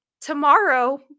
tomorrow